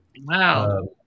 Wow